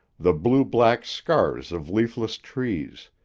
the blue-black scars of leafless trees,